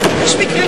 להגביר,